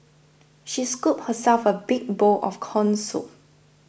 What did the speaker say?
she scooped herself a big bowl of Corn Soup